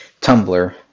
Tumblr